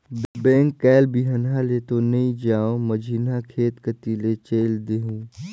bank कायल बिहन्हा ले तो नइ जाओं, मझिन्हा खेत कति ले चयल देहूँ